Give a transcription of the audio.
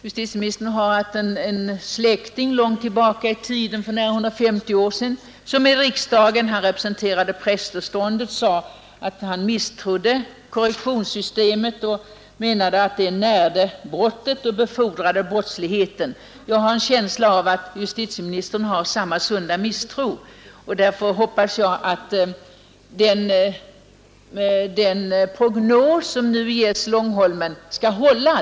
Justitieministern har en släkting långt tillbaka i tiden — för nära 150 år sedan — som i riksdagen representerade prästeståndet. Han sade att han misstrodde korrektionssystemet och menade att det närde brottet och befordrade brottsligheten. Jag har en känsla av att justitieministern har samma sunda misstro, och därför hoppas jag att den prognos som nu ställs för Långholmen skall hålla.